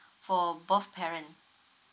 for both parent